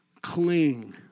Cling